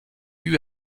eut